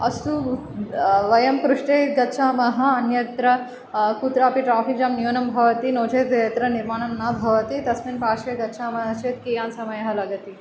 अस्तु वयं पृष्ठे गच्छामः अन्यत्र कुत्रापि ट्राफ़िक् जां न्यूनं भवति नो चेत् यत्र निर्माणं न भवति तस्मिन् पार्श्वे गच्छामः चेत् कीयान् समयः लगति